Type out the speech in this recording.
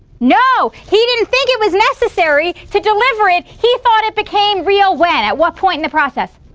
no. he didn't think it was necessary to deliver it. he thought it became real when at what point in the process?